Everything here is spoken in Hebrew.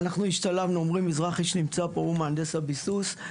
עומרי מזרחי שנמצא פה הוא מהנדס הביסוס,